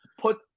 put